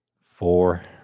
Four